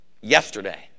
Yesterday